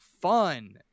fun